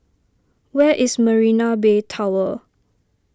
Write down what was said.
where is Marina Bay Tower